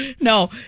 No